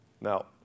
Now